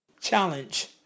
Challenge